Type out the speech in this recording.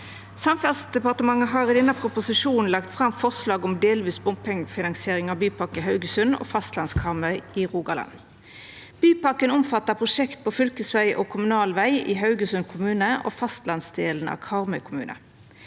Samferdselsdepartementet har i denne proposisjonen lagt fram forslag om delvis bompengefinansiering av Bypakke Haugesund og fastlands-Karmøy i Rogaland. Bypakken omfattar prosjekt på fylkesveg og kommunal veg i Haugesund kommune og fastlandsdelen av Karmøy kommune.